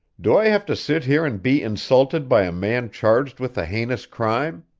do i have to sit here and be insulted by a man charged with a heinous crime?